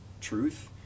truth